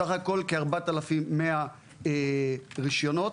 סך הכול 4,100 רישיונות.